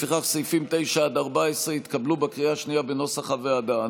לפיכך סעיפים 9 14 התקבלו בקריאה השנייה כנוסח הוועדה.